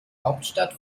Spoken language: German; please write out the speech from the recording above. hauptstadt